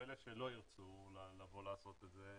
אלה שלא ירצו לבוא לעשות את זה,